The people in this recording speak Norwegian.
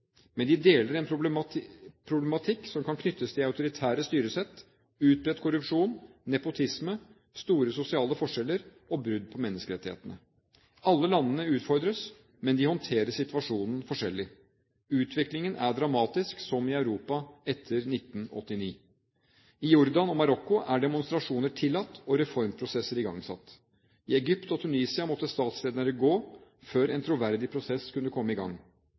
men de deler en problematikk som kan knyttes til autoritære styresett, utbredt korrupsjon, nepotisme, store sosiale forskjeller og brudd på menneskerettighetene. Alle landene utfordres, men de håndterer situasjonen forskjellig. Utviklingen er dramatisk, som i Europa etter 1989. I Jordan og Marokko er demonstrasjoner tillatt og reformprosesser igangsatt. I Egypt og Tunisia måtte statslederne gå av før en troverdig prosess kunne komme i gang.